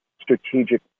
strategic